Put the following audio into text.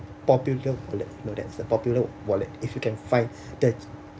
popular wallet you know that popular wallet if you can find that